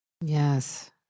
Yes